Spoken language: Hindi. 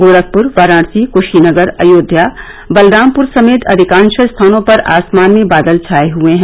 गोरखपुर वाराणसी कुशीनगर अयोध्या बलरामपुर समेत अधिकाश स्थानों पर आसमान में बादल छाए हुए हैं